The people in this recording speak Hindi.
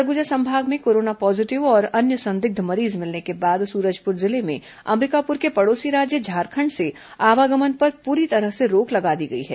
सरगुजा संभाग में कोरोना पॉजीटिव और अन्य संदिग्ध मरीज मिलने के बाद सूरजपुर जिले में अंबिकापुर के पड़ोसी राज्य झारखंड से आवागमन पर पूरी तरह से रोक लगा दी गई है